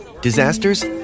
Disasters